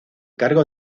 cargo